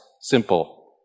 Simple